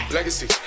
Legacy